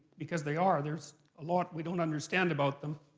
because they are, there's a lot we don't understand about them.